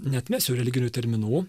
neatmesiu religinių terminų